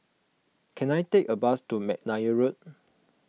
can I take a bus to McNair Road